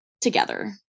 together